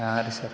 ಹಾಂ ರೀ ಸರ್